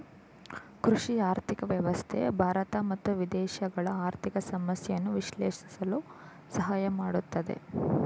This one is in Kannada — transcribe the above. ಕೃಷಿ ಆರ್ಥಿಕ ವ್ಯವಸ್ಥೆ ಭಾರತ ಮತ್ತು ವಿದೇಶಗಳ ಆರ್ಥಿಕ ಸಮಸ್ಯೆಯನ್ನು ವಿಶ್ಲೇಷಿಸಲು ಸಹಾಯ ಮಾಡುತ್ತದೆ